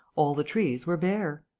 all the trees were bare.